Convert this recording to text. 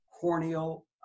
corneal